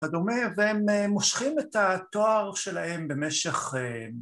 ‫כדומה, והם מושכים את התואר שלהם ‫במשך...